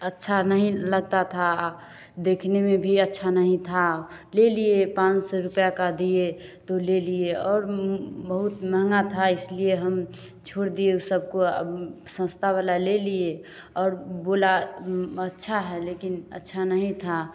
अच्छा नहीं लगता था देखने में भी अच्छा नहीं था ले लिए पाँच सौ रुपये का दिए तो ले लिए और बहुत महंगा था इस लिए हम छोड़ दिए उन सब को सस्ता वाला ले लिए और बोला अच्छा है लेकिन अच्छा नहीं था